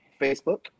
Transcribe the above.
facebook